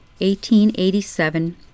1887